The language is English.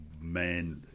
man